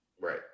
Right